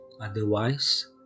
Otherwise